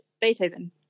Beethoven